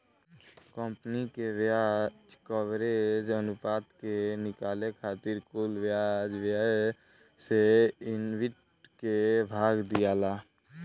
company के ब्याज coverage अनुपात के निकाले खातिर कुल ब्याज व्यय से ईबिट के भाग दियाला